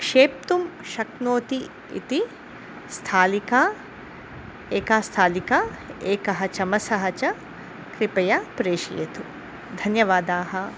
क्षेप्तुं शक्नोति इति स्थालिकां एका स्थालिकां एकः चमसः च कृपया प्रेशयतु धन्यवादाः